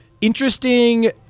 Interesting